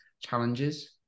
challenges